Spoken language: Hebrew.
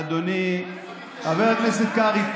אדוני חבר הכנסת קרעי,